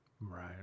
right